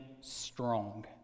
strong